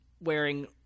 wearing